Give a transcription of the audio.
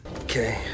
Okay